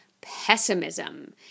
Pessimism